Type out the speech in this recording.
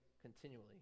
continually